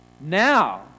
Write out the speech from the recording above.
Now